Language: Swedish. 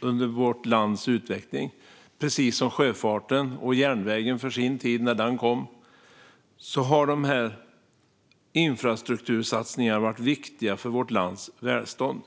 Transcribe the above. under vårt lands utveckling, precis som sjöfarten och järnvägen när den kom. Infrastruktursatsningar har varit viktiga för vårt lands välstånd.